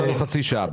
יש לנו חצי שעה.